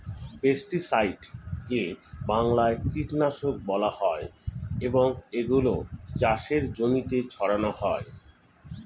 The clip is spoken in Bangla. পেস্টিসাইডকে বাংলায় কীটনাশক বলা হয় এবং এগুলো চাষের জমিতে ছড়ানো হয়